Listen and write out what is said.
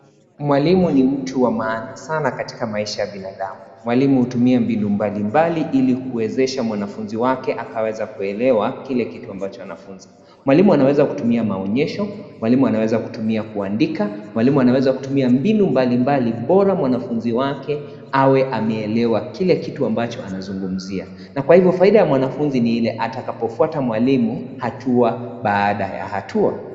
Mwalimu ni mtu wa maaana sana katika maisha ya binadamu. Mwalimu hutumia mbinu mbalimbali ili kuwezesha mwanafunzi wake akaweza kuelewa kile kitu ambacho anafunza. Mwalimu anaweza kutumia maonyesho, mwalimu anaweza kutumia kuandika , mwalimu anaweza kutumia mbinu mbalimbali bora mwanafunzi wake awe ameelewa kile kitu ambacho anazungumzia. Na kwa hivyo faida ya mwanafunzi ni ile atakapofuata mwalimu hatua baada ya hatua.